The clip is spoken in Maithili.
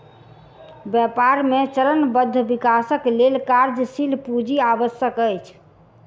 व्यापार मे चरणबद्ध विकासक लेल कार्यशील पूंजी आवश्यक अछि